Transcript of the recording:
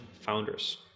founders